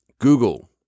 Google